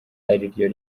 ariryo